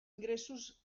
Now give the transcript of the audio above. ingressos